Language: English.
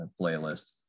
playlist